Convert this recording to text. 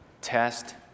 test